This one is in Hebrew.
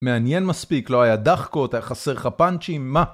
מעניין מספיק, לא היה דחקות, היה חסר לך פאנצ'ים, מה?